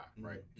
right